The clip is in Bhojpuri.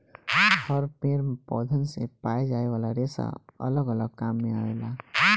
हर पेड़ पौधन से पाए जाये वाला रेसा अलग अलग काम मे आवेला